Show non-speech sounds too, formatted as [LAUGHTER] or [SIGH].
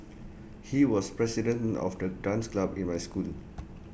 [NOISE] he was president of the dance club in my school